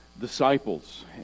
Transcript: disciples